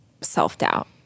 self-doubt